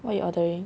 what you ordering